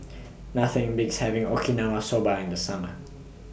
Nothing Beats having Okinawa Soba in The Summer